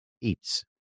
eats